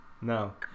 No